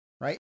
Right